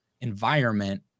environment